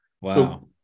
Wow